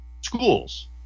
schools